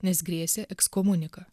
nes grėsė ekskomunika